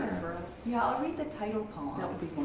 for us. yeah i'll read the title poem. that would be